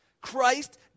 Christ